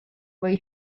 või